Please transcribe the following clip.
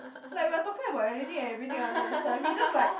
like we are talking about anything and everything under the sun we just like